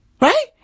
Right